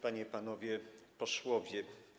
Panie i Panowie Posłowie!